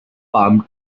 palm